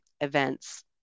events